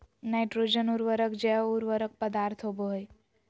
nitrogen उर्वरक जैव उर्वरक पदार्थ होबो हइ